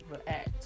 react